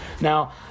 Now